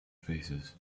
faces